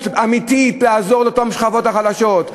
אמיתית שרוצה לעזור לאותן שכבות חלשות,